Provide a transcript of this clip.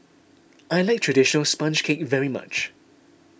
I like Traditional Sponge Cake very much